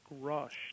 rush